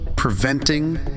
preventing